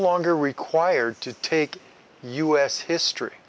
longer required to take us history